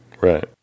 Right